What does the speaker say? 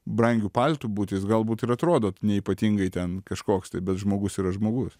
brangiu paltu būti jis galbūt ir atrodo neypatingai ten kažkoks tai bet žmogus yra žmogus